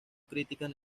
críticas